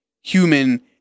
human